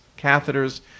catheters